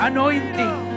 Anointing